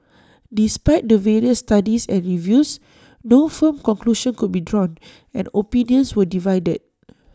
despite the various studies and reviews no firm conclusion could be drawn and opinions were divided